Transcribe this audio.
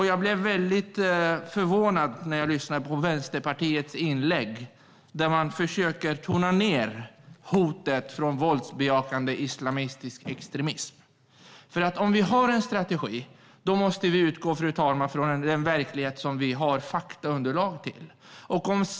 Jag blev väldigt förvånad när jag lyssnade på Vänsterpartiets inlägg, där man försökte tona ned hotet från våldsbejakande islamistisk extremism. Om vi har en strategi måste vi utgå, fru talman, från den verklighet som vi har faktaunderlag till.